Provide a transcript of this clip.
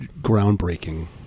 groundbreaking